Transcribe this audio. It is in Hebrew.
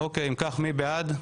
מי בעד?